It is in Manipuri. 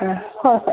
ꯑꯥ ꯍꯣꯏ ꯍꯣꯏ